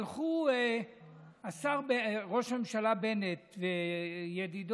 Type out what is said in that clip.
הלכו ראש הממשלה בנט וידידו,